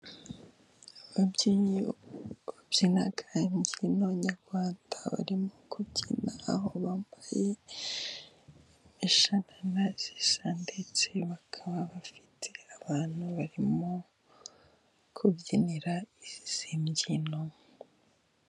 Ababyinnyi babyina imbyino nyarwanda barimo kubyina, aho bambaye imishanana isa, ndetse bakaba bafite abantu barimo kubyinira izi mbyino.